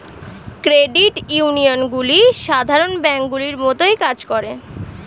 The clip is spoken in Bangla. ক্রেডিট ইউনিয়নগুলি সাধারণ ব্যাঙ্কগুলির মতোই কাজ করে